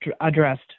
addressed